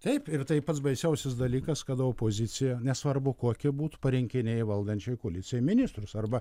taip ir tai pats baisiausias dalykas kada opozicija nesvarbu kokia būtų parinkinėja valdančioj koalicijoj ministrus arba